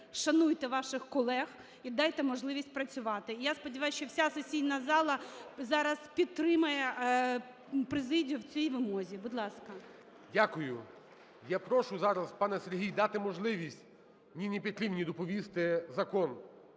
Шануйте ваших колег і дайте можливість працювати. Я сподіваюся, що вся сесійна зала зараз підтримає президію в цій вимозі. Будь ласка. ГОЛОВУЮЧИЙ. Дякую. Я прошу зараз, пане Сергій, дати можливість Ніні Петрівні доповісти закон,